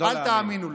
אל תאמינו לו.